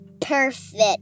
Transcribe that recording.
perfect